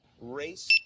race